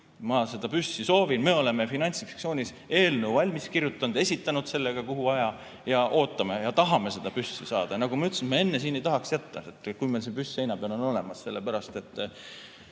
seda püssi soovinud, me oleme Finantsinspektsioonis eelnõu valmis kirjutanud, esitanud selle ka, kuhu vaja, ootame ja tahame seda püssi saada. Nagu ma ütlesin, me enne siin ei tahaks jätta, kui meil see püss on seina peal olemas, sellepärast, et